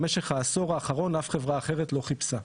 במשך העשור האחרון אף חברה אחרת לא חיפשה.